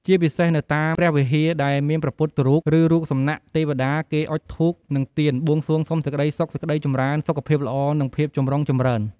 ជាពិសេសនៅតាមព្រះវិហារដែលមានព្រះពុទ្ធរូប ឬរូបសំណាកទេវតាគេអុជធូប និងទៀន បួងសួងសុំសេចក្តីសុខ សេចក្តីចម្រើន សុខភាពល្អ និងភាពចម្រុងចម្រើន។